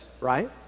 right